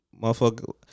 motherfucker